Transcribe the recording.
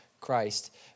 Christ